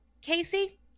Casey